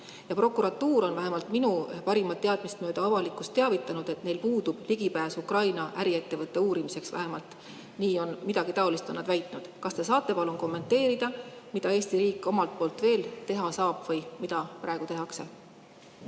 Prokuratuur on vähemalt minu parimat teadmist mööda avalikkust teavitanud, et neil puudub ligipääs Ukraina äriettevõtte uurimisele. Vähemalt midagi taolist on nad väitnud. Kas te saate palun kommenteerida, mida Eesti riik omalt poolt veel teha saab või mida praegu tehakse?